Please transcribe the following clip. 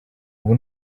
ubu